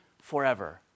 forever